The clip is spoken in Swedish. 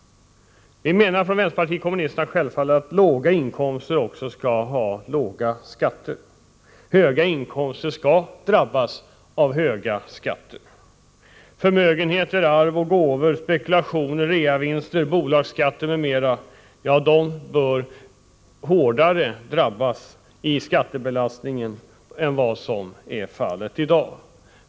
Vi menar från vänsterpartiet kommunisterna självfallet att låga inkomster skall ge låga skatter, medan höga inkomster skall drabbas av höga skatter. Förmögenheter, arv och gåvor, spekulationsvinster, reavinster, bolagsvinster m.m. bör drabbas av en hårdare skattebelastning än vad som är fallet i dag.